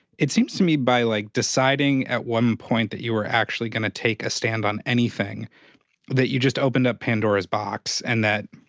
it seems to me by, like, deciding at one point that you were actually gonna take a stand on anything that you just opened up pandora's box. and that